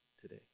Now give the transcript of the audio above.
today